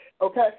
Okay